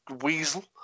weasel